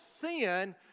sin